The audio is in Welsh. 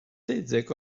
deuddeg